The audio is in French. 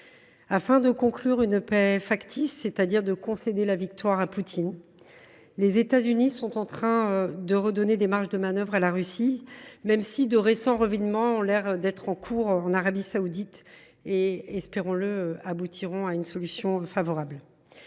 Afin de conclure une paix factice, c’est à dire de concéder la victoire à Poutine, les États Unis sont en train de redonner des marges de manœuvre à la Russie, même si des revirements semblent se profiler à l’occasion des discussions en cours en Arabie saoudite qui, espérons le, aboutiront à une solution favorable.